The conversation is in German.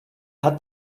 hat